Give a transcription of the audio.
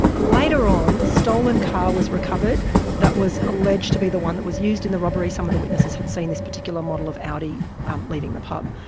later on a stolen car was recovered that was alleged to be the one that was used in the robbery, some of the witnesses had seen this particular model of audi leaving the pub.